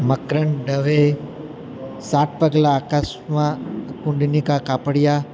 મકરંદ દવે સાત પગલા આકાશમાં આકુંડનીકા કાપડિયા